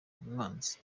umwanzi